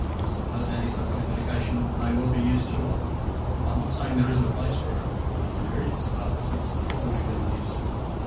i suppose antipsychotic medication may well be used too often. i'm not saying there isn't a place for it um there is, but it's probably being used too often.